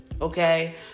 Okay